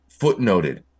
footnoted